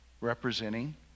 representing